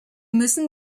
müssen